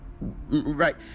right